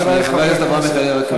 חברי חברי הכנסת,